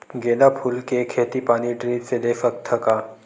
गेंदा फूल के खेती पानी ड्रिप से दे सकथ का?